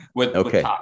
okay